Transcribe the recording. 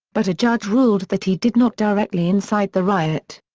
but a judge ruled that he did not directly incite the riot.